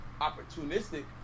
opportunistic